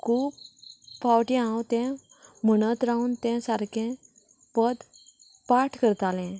खूब फावटी हांव तें म्हणत रावून तें सारकें पद पाठ करतालें